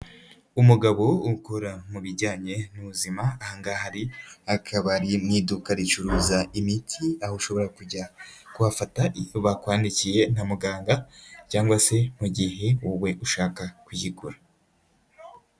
Umugabo ukora mu bijyanye n'ubuzima ahangaha ari akaba ari mu iduka ricuruza imiti, aho ushobora kujya kuhafata iyo bakwandikiye na muganga cyangwa se mu gihe wowe ushaka kuyigura.